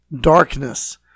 darkness